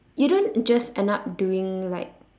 you don't just end up doing like